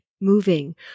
moving